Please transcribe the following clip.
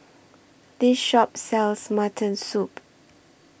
This Shop sells Mutton Soup